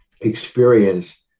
experience